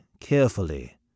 carefully